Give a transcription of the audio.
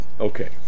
Okay